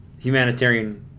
humanitarian